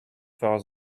for